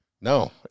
no